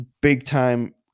big-time